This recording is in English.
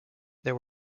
there